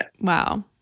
Wow